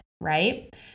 Right